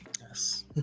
Yes